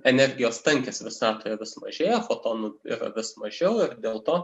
energijos tankis visatoje vis mažėja fotonų ir vis mažiau dėl to